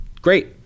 great